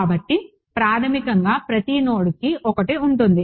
కాబట్టి ప్రాథమికంగా ప్రతి నోడ్కు ఒకటి ఉంటుంది